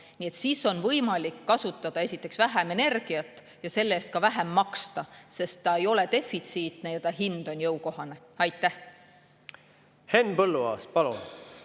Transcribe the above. Siis on võimalik esiteks kasutada vähem energiat ja selle eest ka vähem maksta, sest ta ei ole defitsiitne ja hind on jõukohane. Henn